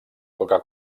coca